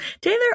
Taylor